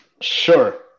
Sure